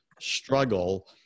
struggle